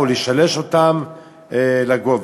או לשלש אותם לגובה?